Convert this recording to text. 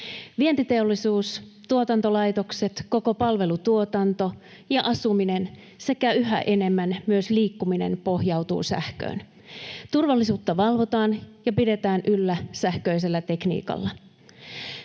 Vientiteollisuus, tuotantolaitokset, koko palvelutuotanto ja asuminen sekä yhä enemmän myös liikkuminen pohjautuvat sähköön. Turvallisuutta valvotaan ja pidetään yllä sähköisellä tekniikalla.